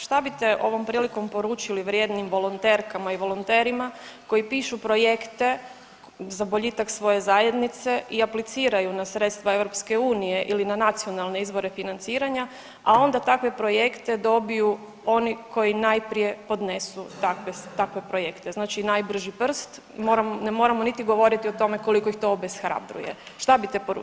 Šta bite ovom prilikom poručili vrijednim volonterkama i volonterima koji pišu projekte za boljitak svoje zajednice i apliciraju na sredstva EU ili na nacionalne izvore financiranja, a onda takve projekte dobiju oni koji najprije podnesu takve projekte, znači najbrži prst, ne moramo niti govoriti o tome koliko ih to obeshrabruje, šta bite poručili?